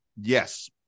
Yes